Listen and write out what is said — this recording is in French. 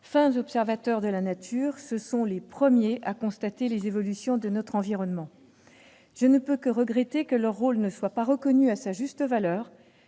Fins observateurs de lanature, ce sont les premiers à constater les évolutions de notreenvironnement. Je ne puis que regretter que leur rôle ne soit pas reconnu à sajuste valeur.